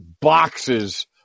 boxes